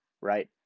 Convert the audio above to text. right